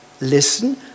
listen